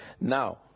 Now